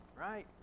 right